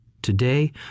today